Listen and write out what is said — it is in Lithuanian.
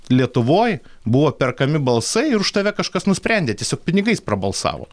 lietuvoj buvo perkami balsai ir už tave kažkas nusprendė tiesiog pinigais prabalsavo